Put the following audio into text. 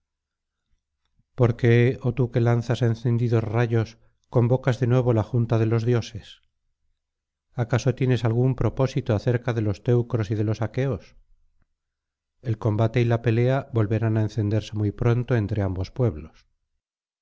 por qué oh tú que lanzas encendidos rayos convocas de nuevo la junta de los dioses acaso tienes algún propósito acerca de los teucros y de los aqueos el combate y la pelea volverán a encenderse muy pronto entre ambos pueblos